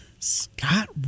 Scott